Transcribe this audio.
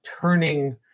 turning